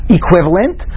equivalent